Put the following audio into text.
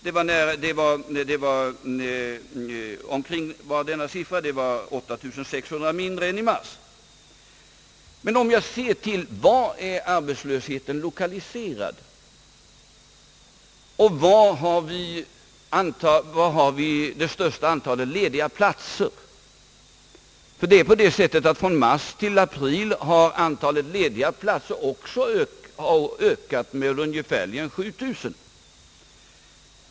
Det är 8600 mindre än i mars. Men var är arbetslösheten lokaliserad och var har vi det största antalet lediga platser? Från mars till april har antalet lediga platser också ökat, med ungefärligen 7 000.